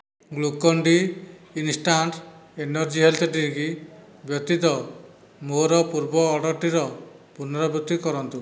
Glucon D instant energy health drink ବ୍ୟତୀତ ମୋର ପୂର୍ବ ଅର୍ଡ଼ର୍ଟିର ପୁନରାବୃତ୍ତି କରନ୍ତୁ